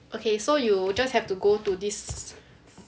okay so you just have to go to this